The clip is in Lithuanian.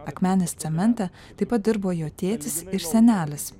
akmenės cemente taip pat dirbo jo tėtis ir senelis